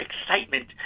excitement